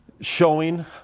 showing